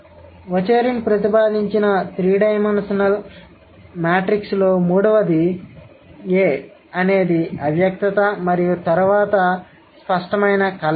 కాబట్టి వచేరిన్ ప్రతిపాదించిన 3 డైమెన్షనల్ మ్యాట్రిక్స్ లో మూడవది "a" అనేది అవ్యక్తత మరియు తరువాత స్పష్టమైన కలయిక